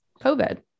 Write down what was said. COVID